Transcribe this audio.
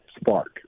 spark